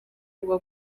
bwo